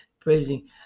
praising